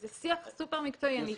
זה שיח סופר מקצועי.